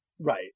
Right